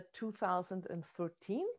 2013